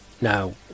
now